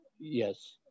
Yes